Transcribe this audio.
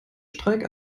streik